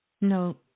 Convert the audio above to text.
No